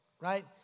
right